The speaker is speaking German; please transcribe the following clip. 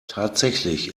tatsächlich